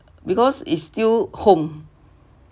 because is still home